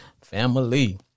family